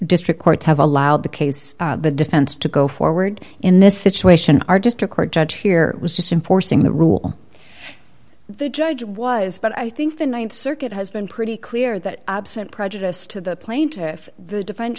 district courts have allowed the case the defense to go forward in this situation are just a court judge here was just an forcing the rule the judge was but i think the th circuit has been pretty clear that absent prejudice to the plaintiff the defense